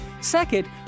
Second